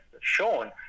shown